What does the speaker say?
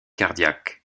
cardiaque